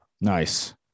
Nice